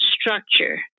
structure